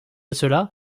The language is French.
cela